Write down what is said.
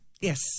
Yes